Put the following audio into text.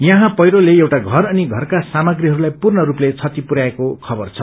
यहाँ पहिरोले एउटा घर अनि घरका सामग्रीहस्ताई पूर्णस्पले क्षति पुरयाएको खबर छ